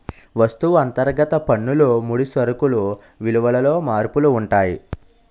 వస్తువు అంతర్గత పన్నులు ముడి సరుకులు విలువలలో మార్పులు ఉంటాయి